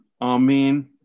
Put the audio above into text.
Amen